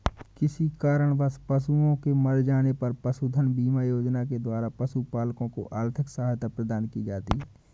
किसी कारणवश पशुओं के मर जाने पर पशुधन बीमा योजना के द्वारा पशुपालकों को आर्थिक सहायता प्रदान की जाती है